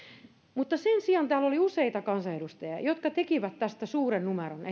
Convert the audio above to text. mutta sen sijaan täällä oli useita kansanedustajia jotka tekivät tästä suuren numeron